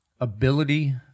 ability